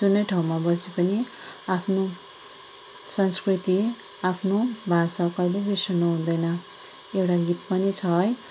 जुनै ठाउँमा बसे पनि आफ्नो संस्कृति आफ्नो भाषा कहिले बिर्सनु हुँदैन एउटा गीत पनि छ है